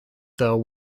though